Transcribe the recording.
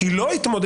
היא לא התמודדה,